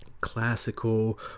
classical